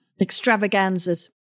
extravaganzas